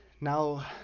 now